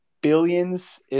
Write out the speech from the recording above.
billions